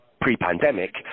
Pre-pandemic